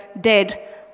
dead